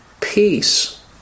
Peace